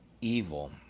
evil